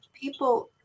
people